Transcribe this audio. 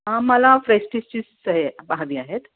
मला फेस्टीजचीच हे हवी आहेत